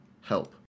Help